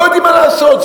לא יודעים מה לעשות.